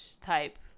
type